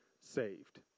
saved